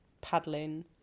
Paddling